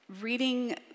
Reading